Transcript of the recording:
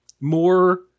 more